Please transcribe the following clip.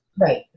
Right